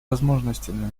возможностями